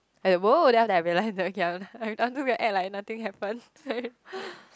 I !whoa! then after that I realise then okay after we act like nothing happen